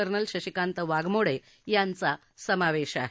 colonel Shashikant Waghmode यांचा समावेश आहे